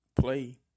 play